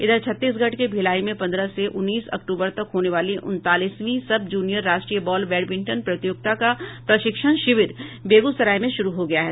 इधर छत्तीसगढ़ के भिलाई में पन्द्रह से उन्नीस अक्टूबर तक होने वाली उनतालीसवीं सब जूनियर राष्ट्रीय बॉल बैडमिंटन प्रतियोगिता का प्रशिक्षण शिविर बेगूसराय में शुरू हो गया है